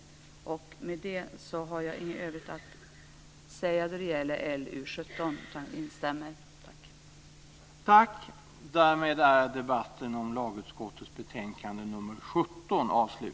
Jag har inget övrigt att säga när det gäller LU17, utan instämmer i det som står i betänkandet.